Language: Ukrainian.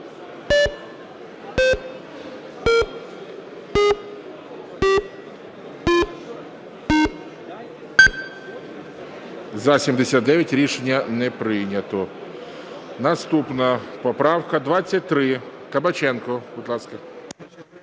За-79 Рішення не прийнято. Наступна поправка 23. Кабаченко, будь ласка.